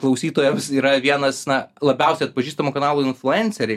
klausytojams yra vienas na labiausiai atpažįstamų kanalų influenceriai